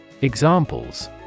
Examples